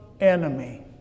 enemy